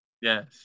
Yes